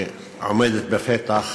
שעומדת בפתח,